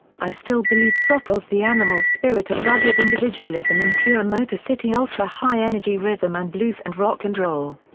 i still believe throttles the animal spirit of rugged individualism in pure motorcity ultra high-energy rhythm and blues and rock and roll.